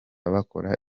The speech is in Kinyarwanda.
bakora